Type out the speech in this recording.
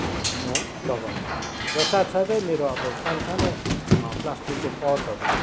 म लगाउँछु र साथसाथै मेरो अब सानसानो प्लास्टिकको पटहरूमा पनि म